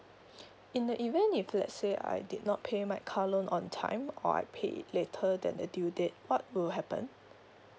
in the event if let's say I did not pay my car loan on time or I paid it later than the due date what will happen